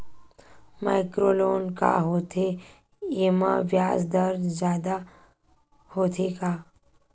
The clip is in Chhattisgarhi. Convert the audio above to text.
माइक्रो लोन का होथे येमा ब्याज दर जादा होथे का?